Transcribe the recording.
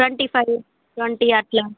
twenty five twenty అట్లా